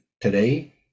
today